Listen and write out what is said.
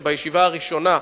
שבישיבה הראשונה,